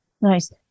Nice